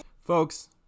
Folks